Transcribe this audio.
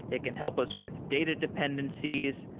it can help us with data dependencies.